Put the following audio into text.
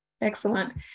Excellent